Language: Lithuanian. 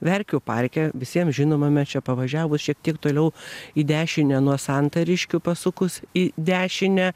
verkių parke visiems žinomame čia pavažiavus šiek tiek toliau į dešinę nuo santariškių pasukus į dešinę